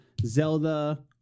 Zelda